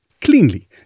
cleanly